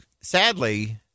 sadly